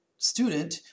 student